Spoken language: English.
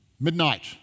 Midnight